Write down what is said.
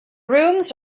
rooms